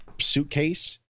Suitcase